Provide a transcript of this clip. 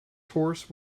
horse